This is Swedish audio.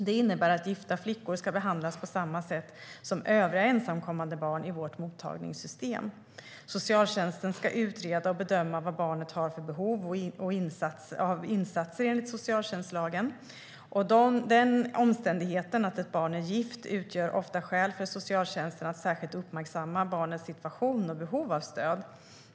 Det innebär att gifta flickor ska behandlas på samma sätt som övriga ensamkommande barn i vårt mottagningssystem. Socialtjänsten ska utreda och bedöma vad barnet har för behov av insatser enligt socialtjänstlagen. Den omständigheten att ett barn är gift utgör ofta skäl för socialtjänsten att särskilt uppmärksamma barnets situation och behov av stöd.